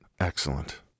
Excellent